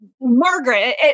Margaret